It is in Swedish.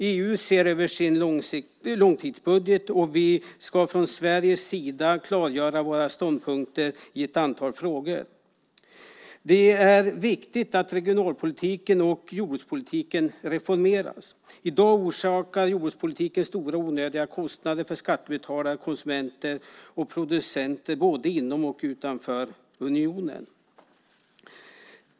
EU ser över sin långtidsbudget, och vi ska från Sveriges sida klargöra våra ståndpunkter i ett antal frågor. Det är viktigt att regionalpolitiken och jordbrukspolitiken reformeras. I dag orsakar jordbrukspolitiken stora onödiga kostnader för skattebetalare, konsumenter och producenter både inom och utanför unionen.